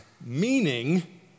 meaning